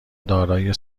دارای